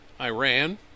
Iran